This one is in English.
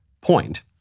point